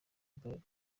bralirwa